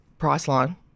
priceline